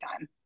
time